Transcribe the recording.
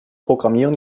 programmieren